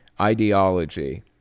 ideology